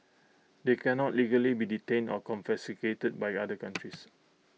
they can not legally be detained or confiscated by other countries